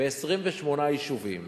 ב-28 יישובים